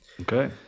Okay